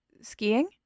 Skiing